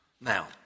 Now